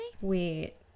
Wait